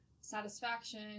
satisfaction